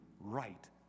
right